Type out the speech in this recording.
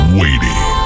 waiting